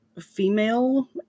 female